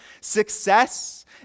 success